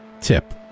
tip